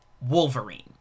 Wolverine